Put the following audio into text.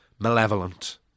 malevolent